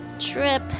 Trip